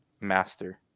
master